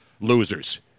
losers